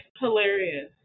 hilarious